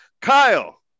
Kyle